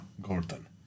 gordon